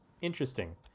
Interesting